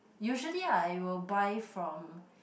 usually I will buy from